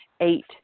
Eight